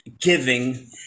giving